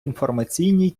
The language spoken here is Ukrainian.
інформаційній